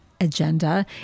agenda